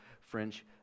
French